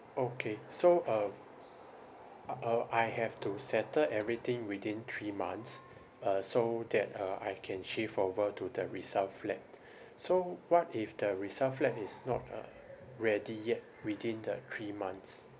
okay so um uh uh I have to settle everything within three months uh so that uh I can shift over to the resale flat so what if the resale flat is not uh ready yet within the three months